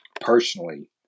personally